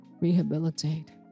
rehabilitate